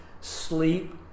sleep